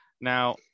now